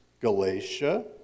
galatia